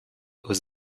aux